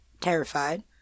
Terrified